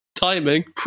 timing